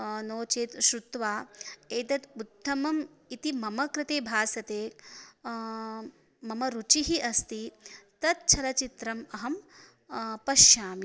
नो चेत् श्रुत्वा एतत् उत्तमम् इति मम कृते भासते मम रुचिः अस्ति तत् चलचित्रम् अहं पश्यामि